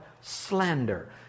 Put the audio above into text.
slander